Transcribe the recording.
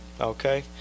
Okay